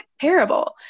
terrible